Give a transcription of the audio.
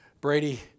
Brady